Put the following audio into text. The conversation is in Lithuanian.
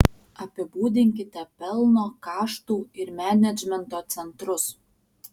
apibūdinkite pelno kaštų ir menedžmento centrus